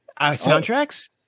soundtracks